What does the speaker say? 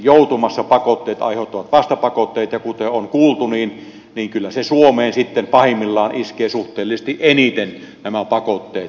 pakotteet aiheuttavat vastapakotteita ja kuten on kuultu kyllä nämä pakotteet pahimmillaan iskevät suhteellisesti eniten sitten suomeen